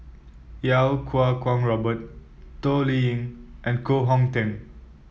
Iau Kuo Kwong Robert Toh Liying and Koh Hong Teng